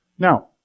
Now